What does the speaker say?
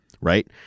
right